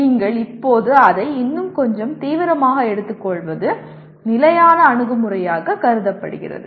நீங்கள் இப்போது அதை இன்னும் கொஞ்சம் தீவிரமாக எடுத்துக்கொள்வது நிலையான அணுகுமுறையாக கருதப்படுகிறது